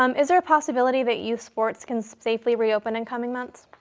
um is there a possibility that youth sports can safely reopen in coming months?